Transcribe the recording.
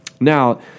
Now